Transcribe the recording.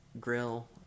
grill